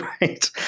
Right